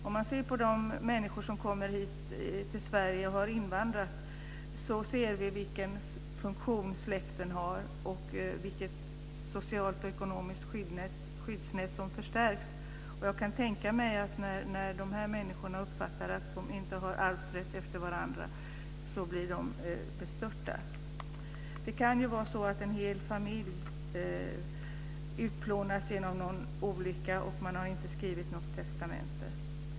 Om man ser på de människor som kommer hit till Sverige som invandrare ser vi vilken funktion släkten har och hur det sociala och ekonomiska skyddsnätet förstärks. Jag kan tänka mig att när dessa människor uppfattar att de inte har arvsrätt efter varandra blir de bestörta. Det kan vara så att en hel familj utplånas genom en olycka och att man inte har skrivit något testamente.